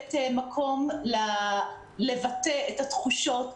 לתת מקום לבטא את התחושות.